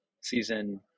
season